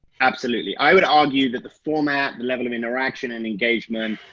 absolutely. i would argue that the format, the level of interaction and engagement,